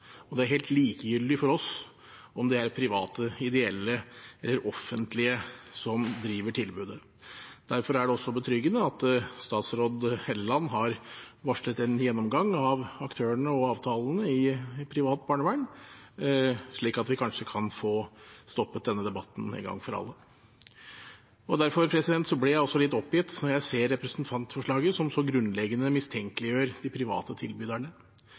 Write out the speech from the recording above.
Det er helt likegyldig for oss om det er private, ideelle eller det offentlige som driver tilbudet. Derfor er det også betryggende at statsråd Hofstad Helleland har varslet en gjennomgang av aktørene og avtalene i privat barnevern, slik at vi kanskje kan få stoppet denne debatten én gang for alle. Derfor blir jeg også litt oppgitt når jeg ser representantforslaget, som så grunnleggende mistenkeliggjør de private tilbyderne.